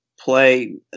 play